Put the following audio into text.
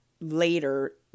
later